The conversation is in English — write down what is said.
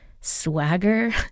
swagger